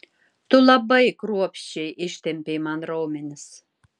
tu labai kruopščiai ištempei man raumenis